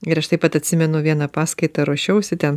ir aš taip pat atsimenu vieną paskaitą ruošiausi ten